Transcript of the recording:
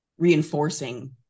reinforcing